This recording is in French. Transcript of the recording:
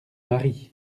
maris